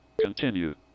Continue